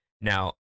Now